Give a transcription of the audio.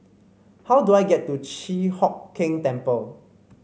how do I get to Chi Hock Keng Temple